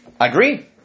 Agree